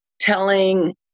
telling